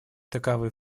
таковы